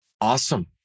awesome